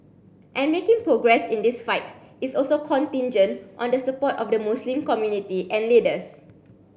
and making progress in this fight is also contingent on the support of the Muslim community and leaders